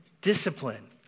discipline